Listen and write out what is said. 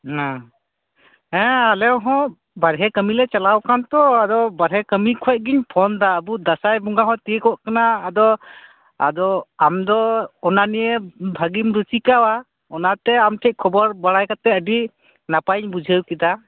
ᱦᱩᱺ ᱦᱮᱸ ᱟᱞᱮᱦᱚᱸ ᱵᱟᱨᱦᱮ ᱠᱟᱹᱢᱤ ᱞᱮ ᱪᱟᱞᱟᱣᱟᱠᱟᱱ ᱛᱚ ᱟᱫᱚ ᱵᱟᱨᱦᱮ ᱠᱟᱹᱢᱤ ᱠᱷᱚᱱ ᱜᱮᱧ ᱯᱷᱳᱱᱫᱟ ᱟᱵᱩ ᱫᱟᱥᱟᱸᱭ ᱵᱚᱝᱜᱟ ᱦᱚᱸ ᱛᱤᱠᱚᱜ ᱠᱟᱱᱟ ᱟᱫᱚ ᱟᱫᱚ ᱟᱢᱫᱚᱻ ᱚᱱᱟ ᱱᱤᱭᱟ ᱵᱷᱟᱜᱤᱢ ᱨᱩᱥᱤᱠᱟᱣᱟ ᱚᱱᱟᱛᱮ ᱟᱢᱴᱷᱮᱜ ᱠᱷᱚᱵᱚᱨ ᱵᱟᱰᱟᱭ ᱠᱟᱛᱮ ᱟᱹᱰᱤ ᱱᱟᱯᱟᱭᱤᱧ ᱵᱩᱡᱷᱟᱣ ᱠᱮᱫᱟ